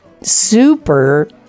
super